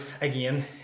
again